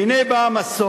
והנה בא המסור,